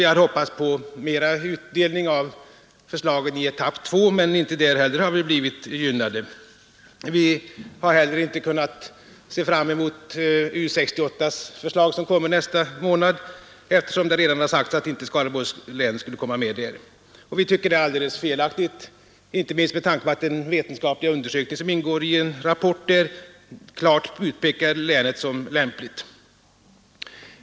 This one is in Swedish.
Vi hade hoppats på mera utdelning av förslagen i etapp 2, men inte där heller har vi blivit gynnade. Och inte heller har vi med någon glädje kunnat se fram mot U 68:s förslag som kommer nästa månad, eftersom det redan har sagts att Skaraborgs län inte skulle komma med där. Det tycker vi är alldeles felaktigt, inte minst med tanke på att den vetenskapliga undersökning om lokaliseringen av högre utbildning som ingår i en av rapporterna klart utpekar länet som lämpligt.